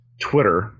Twitter –